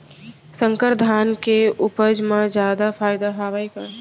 संकर धान के उपज मा जादा फायदा हवय का?